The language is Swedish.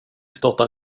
startar